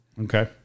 Okay